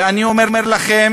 ואני אומר לכם,